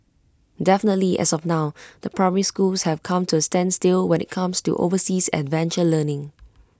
definitely as of now the primary schools have come to A standstill when IT comes to overseas adventure learning